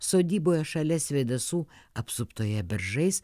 sodyboje šalia svėdasų apsuptoje beržais